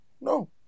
no